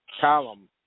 Column